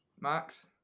Max